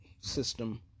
system